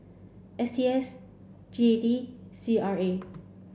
S T S G A D C R A